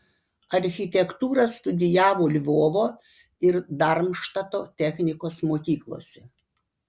architektūrą studijavo lvovo ir darmštato technikos mokyklose